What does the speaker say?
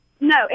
No